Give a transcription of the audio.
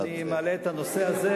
אמרתי לך שאני מעלה את הנושא הזה,